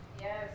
Yes